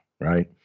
right